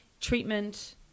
treatment